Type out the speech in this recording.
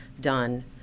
done